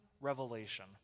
revelation